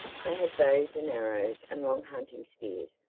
they had bows and arrows and long hunting spears,